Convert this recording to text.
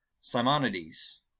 Simonides